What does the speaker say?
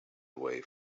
away